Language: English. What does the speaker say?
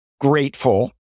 grateful